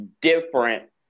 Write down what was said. different